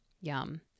Yum